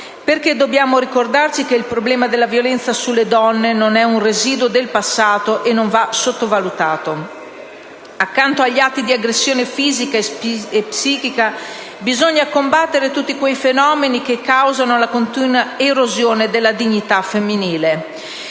stessa; dobbiamo infatti ricordarci che il problema della violenza sulle donne non è un residuo del passato e non va sottovalutato. Accanto agli atti di aggressione fisica e psichica bisogna poi combattere tutti quei fenomeni che causano la continua erosione della dignità femminile.